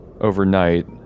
overnight